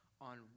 on